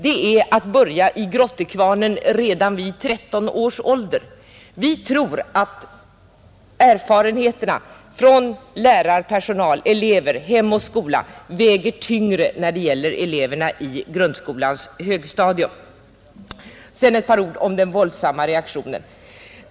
Då får eleven börja i grottekvarnen redan vid 13 års ålder. Vi tror dock att erfarenheterna från lärarpersonal, elever, hem och skola väger tyngre när det gäller eleverna på grundskolans högstadium. Sedan några ord om den våldsamma reaktionen.